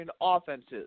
offenses